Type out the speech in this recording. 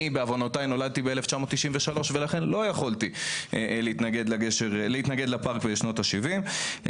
אני בעוונותיו נולדתי ב-1993 ולכן לא יכולתי להתנגד לפארק בשנות ה-70'.